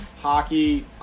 hockey